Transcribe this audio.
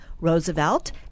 Roosevelt